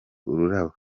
ururabo